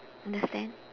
understand